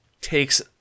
takes